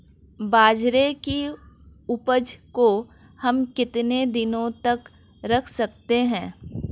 बाजरे की उपज को हम कितने दिनों तक रख सकते हैं?